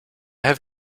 have